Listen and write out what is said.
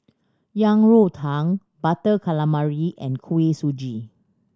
Yang Rou Tang Butter Calamari and Kuih Suji